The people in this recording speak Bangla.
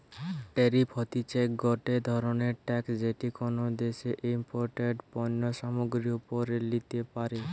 ট্যারিফ হতিছে গটে ধরণের ট্যাক্স যেটি কোনো দ্যাশে ইমপোর্টেড পণ্য সামগ্রীর ওপরে লিতে পারে